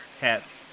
hats